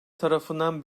tarafından